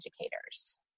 educators